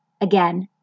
Again